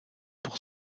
pour